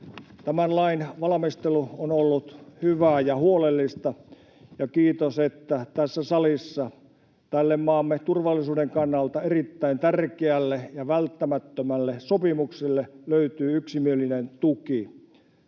Tämän lain valmistelu on ollut hyvää ja huolellista, ja kiitos, että tässä salissa tälle maamme turvallisuuden kannalta erittäin tärkeälle ja välttämättömälle sopimukselle löytyy yksimielinen tuki.